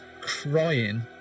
crying